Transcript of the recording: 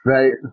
Right